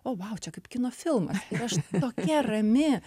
o vau čia kaip kino filmas ir aš tokia rami